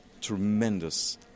tremendous